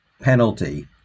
penalty